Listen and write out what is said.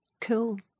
cool